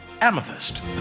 amethyst